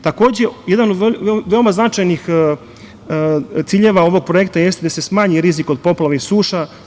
Takođe, jedan od veoma značajnih ciljeva ovog projekta jeste da se smanji rizik od poplava i suša.